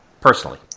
personally